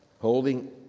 holding